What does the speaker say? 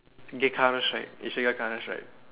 get counter strike you should get counter strike